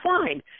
fine